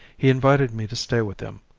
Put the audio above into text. he invited me to stay with him.